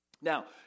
Now